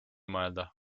mõelda